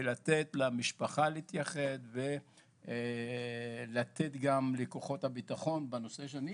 ולתת למשפחה להתייחד ולתת גם לכוחות הביטחון בנושא שאני